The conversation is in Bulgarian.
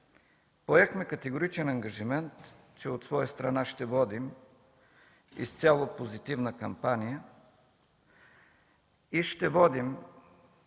Поехме категоричен ангажимент, че от своя страна ще водим изцяло позитивна кампания и ще водим